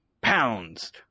pounds